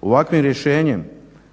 Ovakvim rješenjem